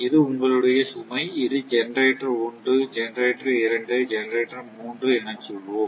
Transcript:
இது உங்களுடைய சுமை இது ஜெனரேட்டர் ஒன்று ஜெனரேட்டர் 2 ஜெனரேட்டர் 3 எனச் சொல்வோம்